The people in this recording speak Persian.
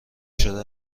شده